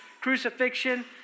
crucifixion